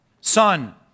Son